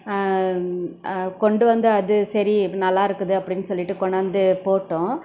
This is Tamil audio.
கொண்டு வந்து அது சரி நல்லாயிருக்குது அப்படின்னு சொல்லிட்டு கொண்டாந்து போட்டோம்